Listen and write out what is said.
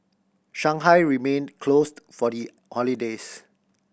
Shanghai remained closed for the holidays